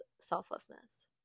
selflessness